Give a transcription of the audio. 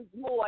more